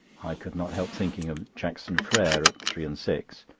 i could not help thinking of jackson freres at three-and-six!